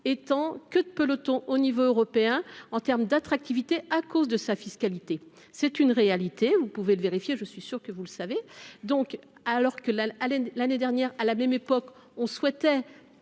en queue de peloton au niveau européen en termes d'attractivité à cause de sa fiscalité, c'est une réalité, vous pouvez le vérifier, je suis sûr que vous le savez, donc, alors que la l'haleine, l'année dernière à la même époque, on souhaitait